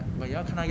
我要 try 一个